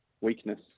weakness